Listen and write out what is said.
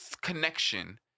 connection